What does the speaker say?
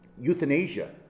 euthanasia